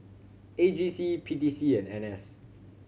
A G C P T C and N S